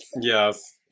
Yes